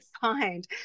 find